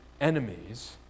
enemies